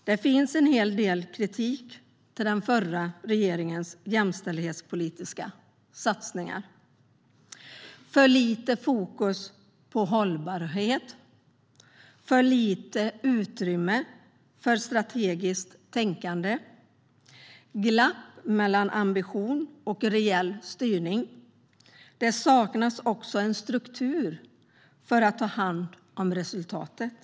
Det finns en hel del kritik mot den förra regeringens jämställdhetspolitiska satsningar. Det var för lite fokus på hållbarhet, för lite utrymme för strategiskt tänkande och glapp mellan ambition och reell styrning. Det saknades också struktur för att ta hand om resultatet.